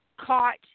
caught